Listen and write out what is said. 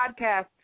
Podcast